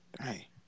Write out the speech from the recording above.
Hey